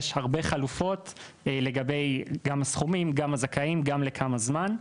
יש הרבה חלופות לגבי גם הסכומים גם הזכאים גם לכמה זמן.